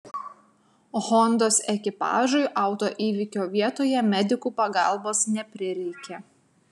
hondos ekipažui autoįvykio vietoje medikų pagalbos neprireikė